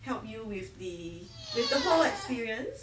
help you with with the whole experience